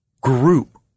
group